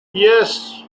yes